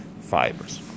fibers